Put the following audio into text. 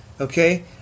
Okay